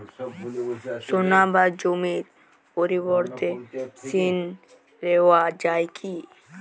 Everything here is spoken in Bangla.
সোনা বা জমির পরিবর্তে ঋণ নেওয়া যায় কী?